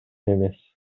эмес